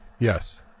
Yes